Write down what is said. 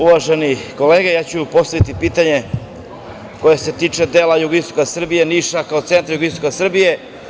Uvažene kolege, ja ću postaviti pitanje koje se tiče dela jugoistoka Srbije, Niša kao centra jugoistoka Srbije.